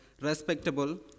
respectable